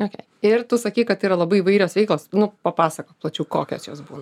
okėj ir tu sakei kad tai yra labai įvairios veiklos nu papasakok plačiau kokios jos būna